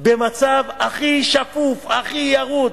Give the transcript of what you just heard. במצב הכי שפוף, הכי ירוד.